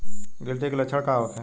गिलटी के लक्षण का होखे?